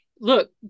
look